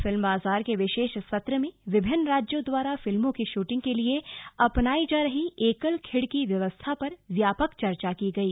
film बाजार के विशेष सत्र में विभिन्न राज्यों द्वारा फिल्मों की शूटिंग के लिए अपनाई जा रही एकल खिड़की व्यवस्था पर व्यापक चर्चा की गई